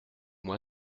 moi